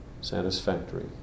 satisfactory